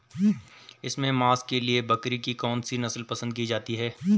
इसके मांस के लिए बकरी की कौन सी नस्ल पसंद की जाती है?